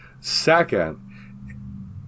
Second